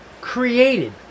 created